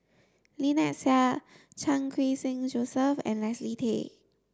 Lynnette Seah Chan Khun Sing Joseph and Leslie Tay